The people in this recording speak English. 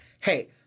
Hey